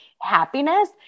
happiness